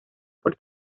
por